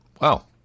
Wow